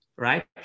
Right